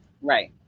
Right